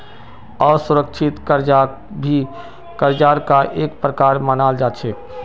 असुरिक्षित कर्जाक भी कर्जार का एक प्रकार मनाल जा छे